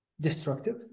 destructive